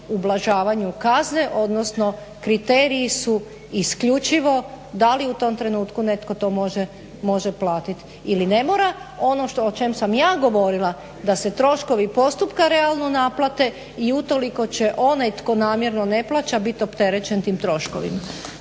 ublažavanju kazne, odnosno kriteriji su isključivo da li u tom trenutku netko to može platit ili ne mora. Ono o čem sam ja govorila da se troškovi postupka realno naplate i utoliko će onaj tko namjerno ne plaća biti opterećen tim troškovima.